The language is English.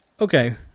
Okay